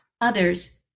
others